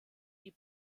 die